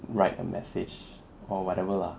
write a message or whatever lah